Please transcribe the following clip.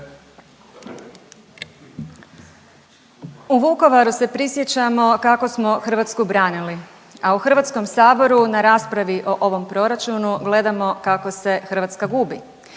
U Vukovaru se prisjećamo kako smo Hrvatsku branili, a u Hrvatskom saboru na raspravi o ovom proračunu gledamo kako se Hrvatska gubi,